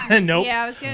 nope